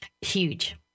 Huge